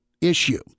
issue